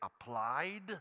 applied